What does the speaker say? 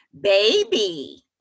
Baby